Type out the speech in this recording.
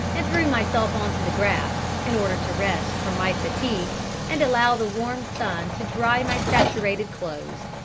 and threw myself on to the grass, in order to rest from my fatigue and allow the warm sun to dry my saturated clothes.